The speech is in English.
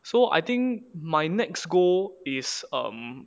so I think my next goal is um